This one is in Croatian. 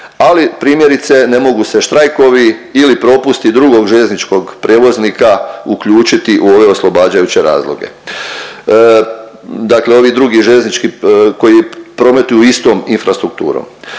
ali primjerice ne mogu se štrajkovi ili propusti drugog željezničkog prijevoznika uključiti u ove oslobađajuće razloge. Dakle, ovi drugi željeznički koji prometuju istom infrastrukturom.